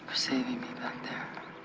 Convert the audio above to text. saving me back there.